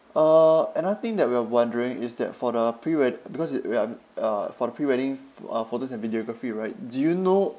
uh another thing that we are wondering is that for the pre wed~ because it we're um uh for the pre wedding pho~ uh photos and videography right do you know